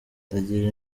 ndagira